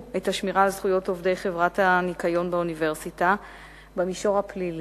את השמירה על זכויות עובדי חברת הניקיון באוניברסיטה במישור הפלילי,